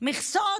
מכסות